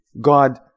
God